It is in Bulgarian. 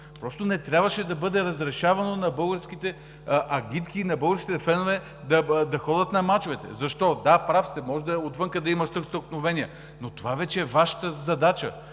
Просто не трябваше да бъде разрешавано на българските агитки, на българските фенове да ходят на мачовете. Защо? Да, прав сте, може отвън да има стълкновения, но това вече е Вашата задача.